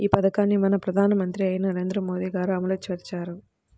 ఈ పథకాన్ని మన ప్రధానమంత్రి అయిన నరేంద్ర మోదీ గారు అమలు పరిచారు